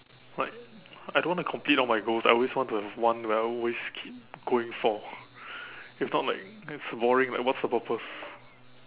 like I don't want to complete all my goals I always want to have one where I always keep going for if not like it's boring like what's the purpose